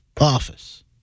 office